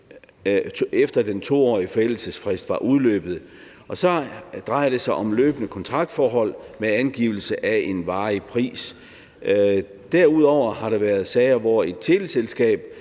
efter den 2-årige forældelsesfrist var udløbet. Det drejer sig også om løbende kontraktforhold med angivelse af en varig pris. Derudover har der været sager, hvor et teleselskab